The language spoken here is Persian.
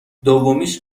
دومیش